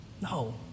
no